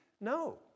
No